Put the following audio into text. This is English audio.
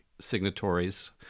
signatories